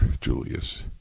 Julius